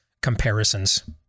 comparisons